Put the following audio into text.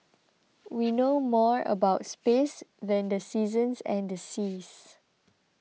we know more about space than the seasons and the seas